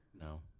No